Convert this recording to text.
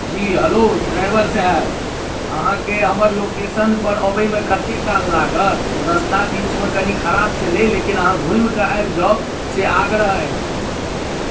जी hello driver साहेब अहाँकेँ हमर लोकेशन पर अबैमे कते काल लागत ओ रास्ता कनि बीचमे खराब छलै लेकिन अहाँ घुमिकऽ आबि जाउ से आग्रह अछि